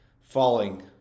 falling